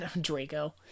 Draco